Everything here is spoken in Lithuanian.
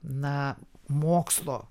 na mokslo